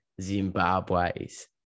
Zimbabwe's